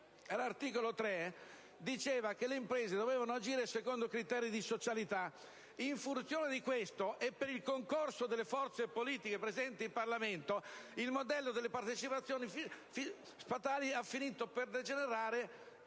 all'articolo 3, diceva che le imprese dovevano agire secondo criteri di socialità. In funzione di questo e per il concorso delle forze politiche presenti in Parlamento, il modello delle partecipazioni statali ha finito per degenerare,